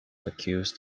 accused